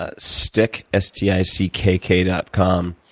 ah stickk, s t i c k k dot com.